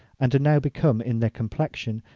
and are now become in their complexion,